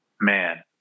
man